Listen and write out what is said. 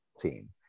team